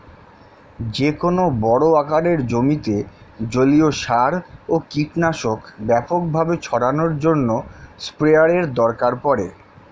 যেকোনো বড় আকারের জমিতে জলীয় সার ও কীটনাশক ব্যাপকভাবে ছড়ানোর জন্য স্প্রেয়ারের দরকার পড়ে